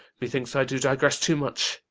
methinks i do digress too much,